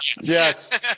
Yes